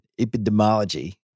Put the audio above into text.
epidemiology